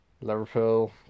Liverpool